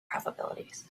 probabilities